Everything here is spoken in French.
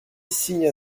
signe